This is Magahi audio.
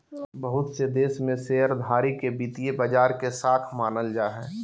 बहुत से देश में शेयरधारी के वित्तीय बाजार के शाख मानल जा हय